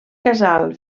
casal